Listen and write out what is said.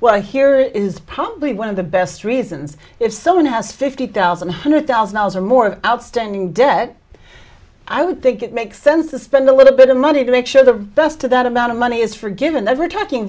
what i hear is probably one of the best reasons if someone has fifty thousand one hundred thousand dollars or more outstanding debt i would think it makes sense to spend a little bit of money to make sure the best of that amount of money is forgiven that we're talking